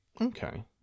Okay